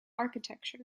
architecture